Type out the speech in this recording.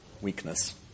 weakness